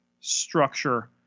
structure